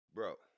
Bro